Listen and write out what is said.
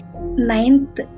ninth